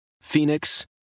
Phoenix